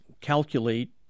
calculate